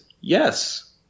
yes